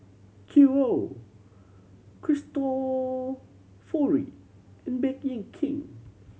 Qoo Cristofori and Bake In King